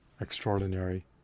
extraordinary